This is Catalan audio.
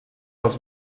els